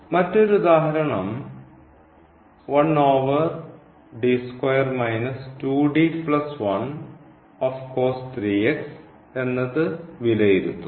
മറ്റൊരുദാഹരണം എന്നത് വിലയിരുത്തുന്നു